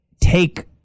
take